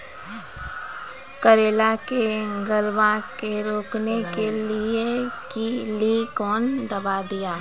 करेला के गलवा के रोकने के लिए ली कौन दवा दिया?